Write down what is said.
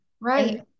Right